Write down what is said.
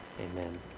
Amen